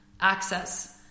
access